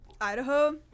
Idaho